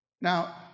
Now